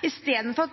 i detalj